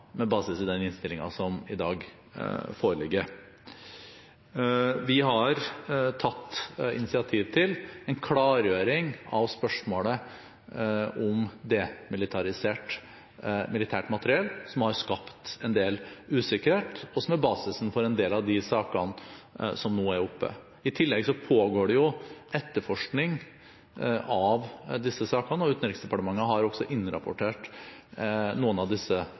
med basis i den innstillingen som i dag foreligger. Vi har tatt initiativ til en klargjøring av spørsmålet om demilitarisert militært materiell, som har skapt en del usikkerhet, og som er basisen for en del av de sakene som nå er oppe. I tillegg pågår det etterforskning av disse sakene, og Utenriksdepartementet har også innrapportert noen av disse